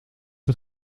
het